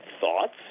thoughts